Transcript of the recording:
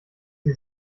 die